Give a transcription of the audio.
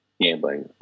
gambling